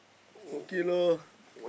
okay lor